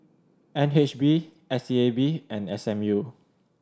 N H B S E A B and S M U